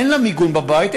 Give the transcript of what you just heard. אין לה מיגון בבית,